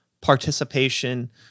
participation